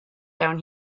down